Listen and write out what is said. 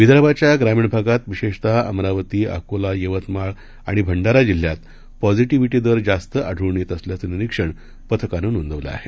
विदर्भाच्याग्रामीणभागातविशेषतःअमरावती Akola यवतमाळआणिभंडाराजिल्ह्यातपॉझीटिव्हीटीदरजास्तआढळूनयेतअसल्याचंनिरीक्षणपथकानंनोंदवलंआहे